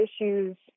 issues